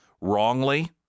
wrongly